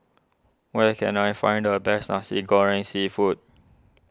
where can I find the best Nasi Goreng Seafood